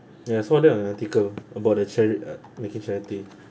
ya I saw that on an article about the chari~ uh make it charity